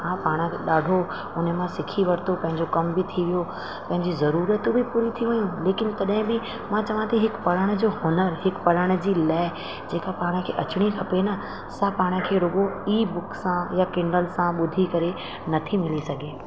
हा पाण खे ॾाढो उन मां सिखी वरितो पंहिंजो कम बि थी वियो पंहिंजी ज़रूरत बि पूरी थी वियूं लेकिन तॾहिं बि मां चवां थी हिकु पढ़ण जो हुनर हिकु पढ़ण जी लइ जेका पाण खे अचिणे खपे न सां पाण खे रुगो ई बुक्स सां या किंडल सां ॿुधी करे नथी मिली सघे